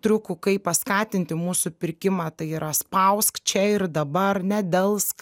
triukų kaip paskatinti mūsų pirkimą tai yra spausk čia ir dabar nedelsk